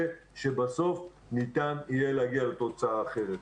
שבסוף ניתן יהיה להגיע לתוצאה אחרת.